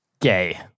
gay